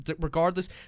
Regardless